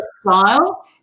style